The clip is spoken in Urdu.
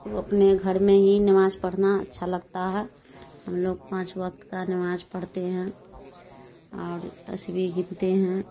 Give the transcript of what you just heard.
تو اپنے گھر میں ہی نماز پڑھنا اچھا لگتا ہے لوگ پانچ وقت کا نماز پڑھتے ہیں اور تسبیح گنتے ہیں